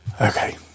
Okay